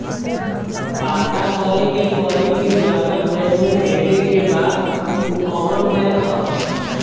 पता करे के पड़ी कि जवना बैंक में भेजे के बा उ कवन बैंक ह